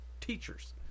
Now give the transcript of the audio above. teachers